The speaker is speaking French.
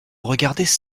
regardaient